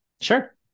Sure